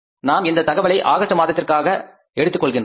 நாம் இந்த தகவலை ஆகஸ்ட் மாதத்திற்கான எடுத்துக் கொள்கின்றோம்